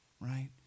right